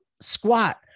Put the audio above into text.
squat